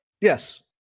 yes